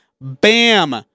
bam